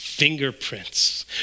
fingerprints